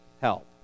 help